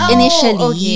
Initially